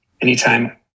anytime